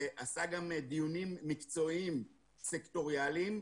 ועשה גם דיונים מקצועיים- סקטוריאליים,